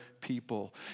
people